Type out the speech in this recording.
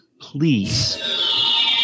please